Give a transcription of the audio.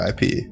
IP